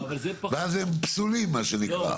ואז הם פסולים מה שנקרא.